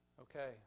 Okay